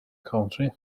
country